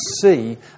see